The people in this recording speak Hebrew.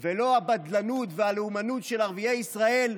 בן גביר ולא הבדלנות והלאומנות של ערביי ישראל,